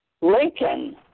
Lincoln